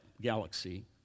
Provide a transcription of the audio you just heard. galaxy